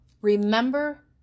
Remember